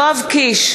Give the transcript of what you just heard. יואב קיש,